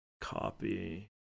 copy